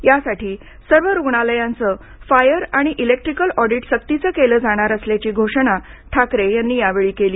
यासाठी सर्व रुग्णालयांचं फायर आणि इलेक्ट्रीकल ऑडीट सक्तीचे केलं जाणार असल्याची घोषणा ठाकरे यांनी यावेळी केली